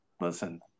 listen